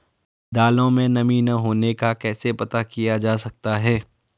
दालों में नमी न होने का कैसे पता किया जा सकता है?